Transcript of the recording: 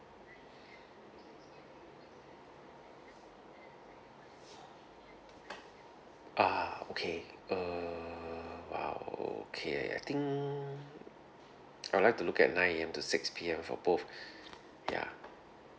ah okay uh !wow! okay I I think I'd like to look at nine A_M to six P_M for both ya